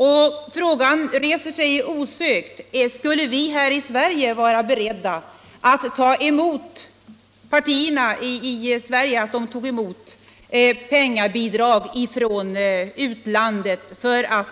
Och frågan reser sig osökt: Skulle partierna här i Sverige vara beredda att ta emot penningbidrag från utlandet som